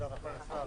תודה רבה לך.